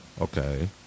Okay